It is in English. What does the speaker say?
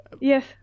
Yes